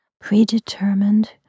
Predetermined